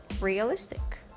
realistic